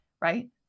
right